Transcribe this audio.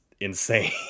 insane